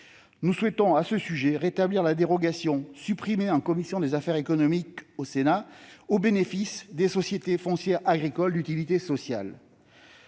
Nous souhaitons, à ce propos, rétablir la dérogation, supprimée en commission des affaires économiques du Sénat, bénéficiant aux sociétés foncières agricoles d'utilité sociale.